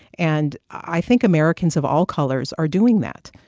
and i think americans of all colors are doing that.